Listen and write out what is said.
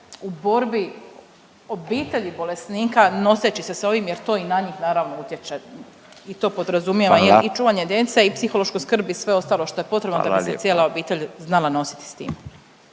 u borbi obitelji bolesnika noseći se s ovim jer to i na njih naravno utječe i to podrazumijeva…/Upadica Radin: Hvala./…jel i čuvanje djece i psihološku skrb i sve ostalo šta je potrebno da bi se cijela obitelj…/Upadica Radin: